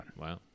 Wow